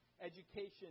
education